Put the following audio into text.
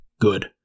good